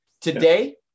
today